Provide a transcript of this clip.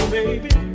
baby